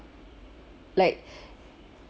like